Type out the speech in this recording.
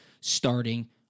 starting